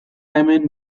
hemen